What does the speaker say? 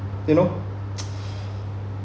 you know